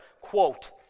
Quote